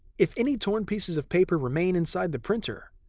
if any torn pieces of paper remain inside the printer,